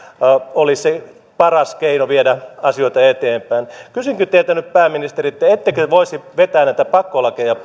olisi paras keino viedä asioita eteenpäin kysynkin teiltä nyt pääministeri ettekö voisi vetää näitä pakkolakeja